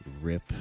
rip